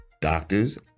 doctors